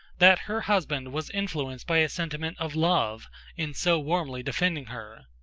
that her husband was influenced by a sentiment of love in so warmly defending her.